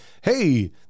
Hey